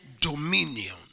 Dominion